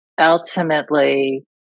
ultimately